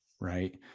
right